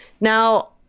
Now